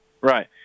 right